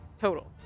total